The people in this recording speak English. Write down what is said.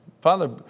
Father